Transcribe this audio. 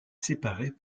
séparées